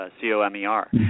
C-O-M-E-R